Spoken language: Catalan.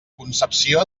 concepció